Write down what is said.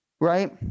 Right